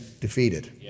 defeated